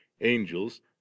Angels